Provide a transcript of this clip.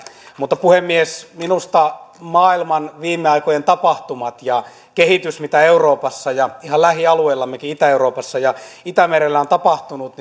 mutta puhemies minusta maailman viime aikojen tapahtumat ja kehitys mitä euroopassa ja ihan lähialueillammekin itä euroopassa ja itämerellä on tapahtunut